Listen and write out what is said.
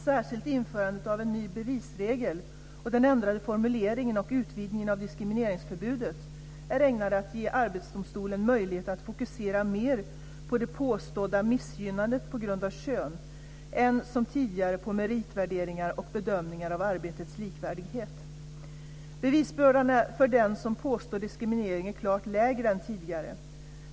Särskilt införandet av en ny bevisregel och den ändrade formuleringen och utvidgningen av diskrimineringsförbuden är ägnade att ge arbetsdomstolen möjlighet att fokusera mer på det påstådda missgynnandet på grund av kön än, som tidigare, på meritvärderingar och bedömningar av arbetens likvärdighet. Bevisbördan för den som påstår diskriminering är klart lägre än tidigare.